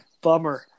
Bummer